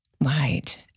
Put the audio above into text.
Right